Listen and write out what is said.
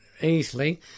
easily